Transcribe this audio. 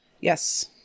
Yes